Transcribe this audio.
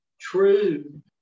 true